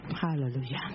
Hallelujah